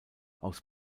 aus